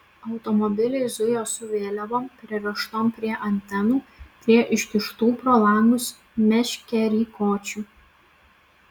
automobiliai zujo su vėliavom pririštom prie antenų prie iškištų pro langus meškerykočių